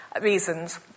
reasons